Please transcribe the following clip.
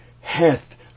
hath